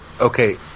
okay